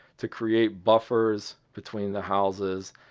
to create buffers between the houses,